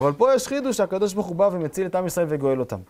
אבל פה יש חידוש, שהקדוש ברוך הוא בא ומציל את עם ישראל וגואל אותם.